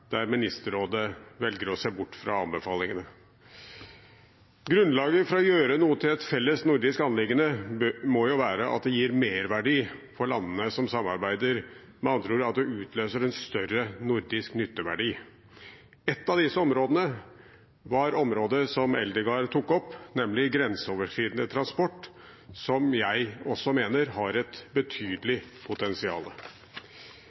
der Ministerrådet velger å se bort fra anbefalingene. Grunnlaget for å gjøre noe til et felles nordisk anliggende må jo være at det gir merverdi for landene som samarbeider, med andre ord at det utløser en større nordisk nytteverdi. Et av disse områdene var området som Eldegard tok opp, nemlig grenseoverskridende transport som jeg også mener har et betydelig potensial.